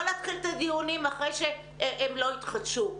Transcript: לא להתחיל את הדיונים אחרי שהם לא יתחדשו.